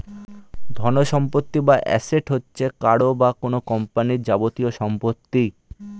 ধনসম্পত্তি বা অ্যাসেট হচ্ছে কারও বা কোন কোম্পানির যাবতীয় সম্পত্তি